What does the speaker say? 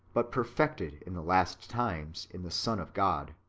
but perfected in the last times in the son of god.